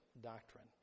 doctrine